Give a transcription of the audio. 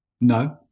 No